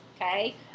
okay